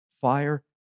fire